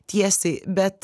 tiesiai bet